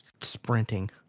sprinting